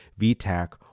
VTAC